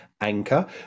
Anchor